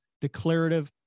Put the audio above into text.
declarative